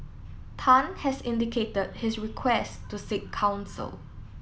Tan has indicated his request to seek counsel